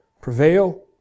prevail